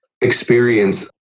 experience